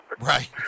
Right